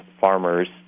farmers